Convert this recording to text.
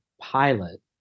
pilot